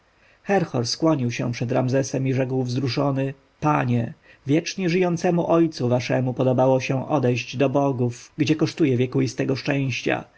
skłonił się przed ramzesem i rzekł wzruszony panie wiecznie żyjącemu ojcu waszemu podobało się odejść do bogów gdzie kosztuje wiekuistego szczęścia